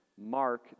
Mark